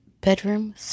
Bedroom